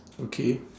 okay